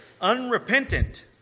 unrepentant